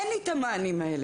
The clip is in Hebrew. אין לי את המענים האלה.